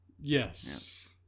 yes